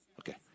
okay